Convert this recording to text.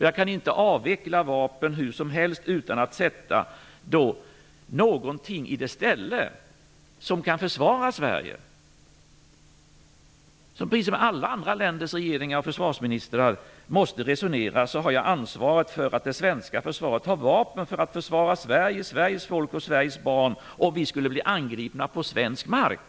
Jag kan inte avveckla vapen hur som helst utan att sätta någonting i deras ställe som kan försvara Sverige. Precis som alla andra länders regeringar och försvarsministrar måste resonera, måste jag ta ansvaret för att det svenska försvaret har vapen för att försvara Sverige, Sveriges folk och Sveriges barn om vi skulle bli angripna på svensk mark.